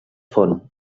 fon